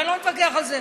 ואני לא מתווכח על זה,